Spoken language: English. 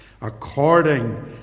according